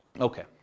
Okay